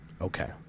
Okay